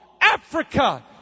Africa